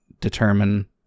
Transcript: determine